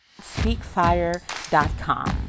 Speakfire.com